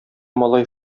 малай